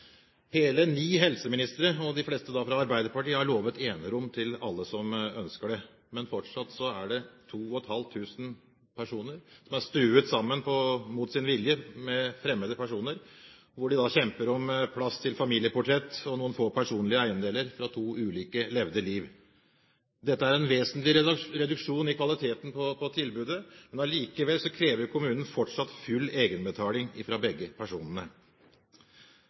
Hele ni helseministere, de fleste fra Arbeiderpartiet, har lovet enerom til alle som ønsker det. Men fortsatt er det 2 500 personer som mot sin vilje er stuet sammen med fremmede personer. De kjemper da om plass til familieportretter og noen få personlige eiendeler fra to ulike levde liv. Dette er en vesentlig reduksjon i kvaliteten på tilbudet. Allikevel krever kommunen fortsatt full egenbetaling fra begge personene.